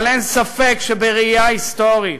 אבל אין ספק, בראייה היסטורית,